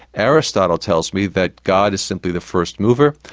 aristotle tells me that god is simply the first mover,